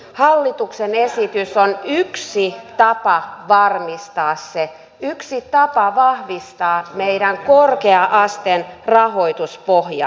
hallituksen esitys on yksi tapa varmistaa se yksi tapa vahvistaa meidän korkea asteemme rahoituspohjaa